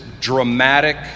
dramatic